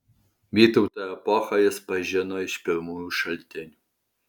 vytauto epochą jis pažino iš pirmųjų šaltinių